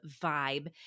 vibe